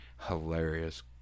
hilarious